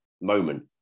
moment